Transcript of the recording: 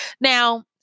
Now